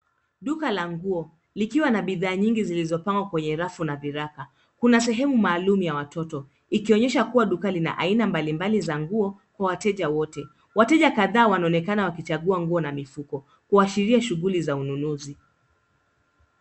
Duka la nguo likiwa na bidhaa nyingi zilizopangwa kwenye rafu na viraka. Kuna sehemu maalum ya watoto ikionyesha kuwa duka lina aina mbalimbali za nguo kwa wateja wote. Wateja kadhaa wanaonekana wakichagua nguo na mifuko kuashiria shughuli za ununuzi.